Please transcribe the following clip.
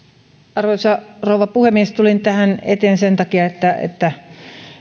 arvoisa rouva puhemies tulin tähän eteen sen takia että että